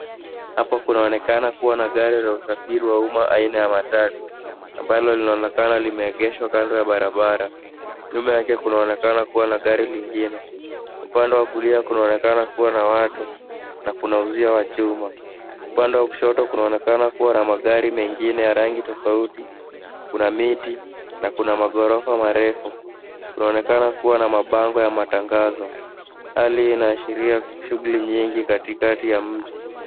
Hapa kunaonekana kuwa na gari la usafiri wa umma aina ya matatu ambalo linaonekana limeegeshwa kando ya barabara. Nyuma yake kunaonekana kuwa na gari lingine. Upande wa kulia kunaonekana kuwa na watu na kuna uzio wa chuma. Upande wa kushoto kunaonekana kuwa na magari mengine ya rangi tofauti. Kuna miti na kuna magorofa marefu. Kunaonekana kuwa na mabango ya matangazo. Hali inaashiria shughuli nyingi katikati ya mji.